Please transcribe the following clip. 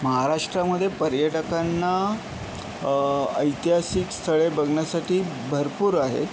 महाराष्ट्रामध्ये पर्यटकांना ऐतिहासिक स्थळे बघण्यासाठी भरपूर आहे